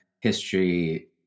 history